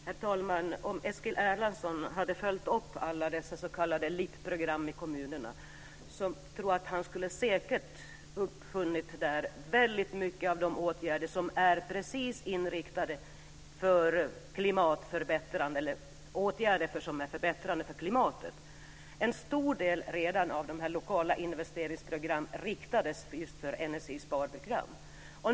Herr talman! Om Eskil Erlandsson hade följt upp alla dessa s.k. LIP-program i kommunerna tror jag att han säkert där hade funnit väldigt mycket av de åtgärder som är förbättrande för klimatet. En stor del av de lokala investeringsprogrammen riktades just mot energisparprogram.